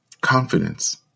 Confidence